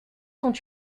sont